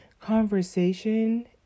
conversation